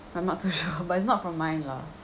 I'm not too sure but it's not from mine lah